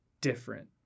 different